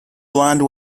blonde